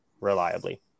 reliably